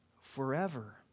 forever